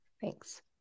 Thanks